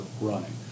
running